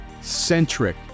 centric